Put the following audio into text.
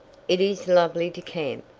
it is lovely to camp,